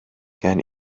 gen